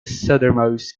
southernmost